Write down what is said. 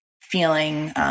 feeling